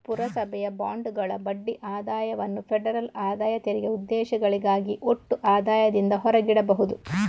ಪುರಸಭೆಯ ಬಾಂಡುಗಳ ಬಡ್ಡಿ ಆದಾಯವನ್ನು ಫೆಡರಲ್ ಆದಾಯ ತೆರಿಗೆ ಉದ್ದೇಶಗಳಿಗಾಗಿ ಒಟ್ಟು ಆದಾಯದಿಂದ ಹೊರಗಿಡಬಹುದು